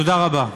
תודה רבה.